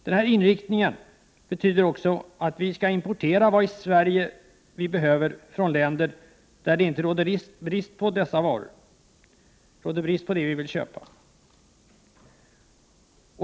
Denna inriktning betyder också att vi skall importera det vi i Sverige behöver från länder där det inte råder brist på de varor vi vill köpa.